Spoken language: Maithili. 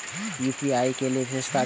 यू.पी.आई के कि विषेशता छै?